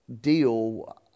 deal